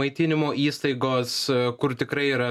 maitinimo įstaigos kur tikrai yra